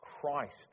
Christ